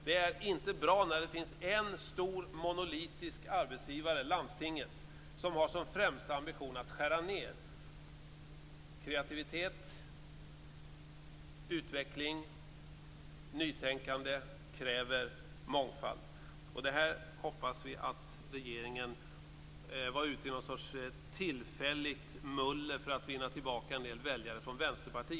Det är inte bra när det finns en stor monolitisk arbetsgivare, landstinget, som har som främsta ambition att skära ned. Kreativitet, utveckling och nytänkande kräver mångfald. Vi hoppas att regeringen var ute med något slags tillfälligt muller för att vinna tillbaka en del väljare från Vänsterpartiet.